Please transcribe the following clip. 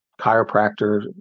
chiropractor